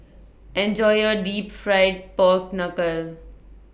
Enjoy your Deep Fried Pork Knuckle